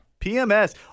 PMS